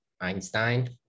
Einstein